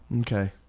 Okay